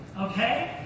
Okay